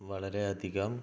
വളരെ അധികം